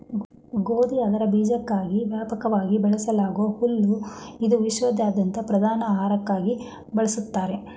ಗೋಧಿ ಅದರ ಬೀಜಕ್ಕಾಗಿ ವ್ಯಾಪಕವಾಗಿ ಬೆಳೆಸಲಾಗೂ ಹುಲ್ಲು ಇದು ವಿಶ್ವಾದ್ಯಂತ ಪ್ರಧಾನ ಆಹಾರಕ್ಕಾಗಿ ಬಳಸ್ತಾರೆ